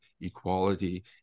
equality